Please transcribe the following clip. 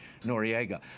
Noriega